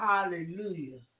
Hallelujah